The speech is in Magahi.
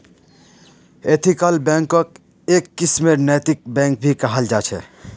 एथिकल बैंकक् एक किस्मेर नैतिक बैंक भी कहाल जा छे